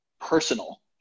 personal